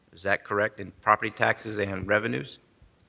is that correct, in property taxes and revenues?